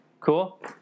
Cool